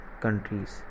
countries